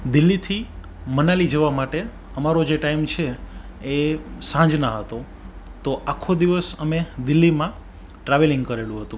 દિલ્હીથી મનાલી જવા માટે અમારો જે ટાઈમ છે એ સાંજના હતો તો આખો દિવસ અમે દિલ્હીમાં ટ્રાવેલિંગ કરેલું હતું